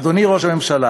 אדוני ראש הממשלה,